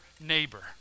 neighbor